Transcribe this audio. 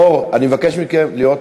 מור, אני מבקש מכן להיות בשקט,